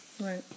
right